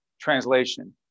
Translation